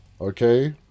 Okay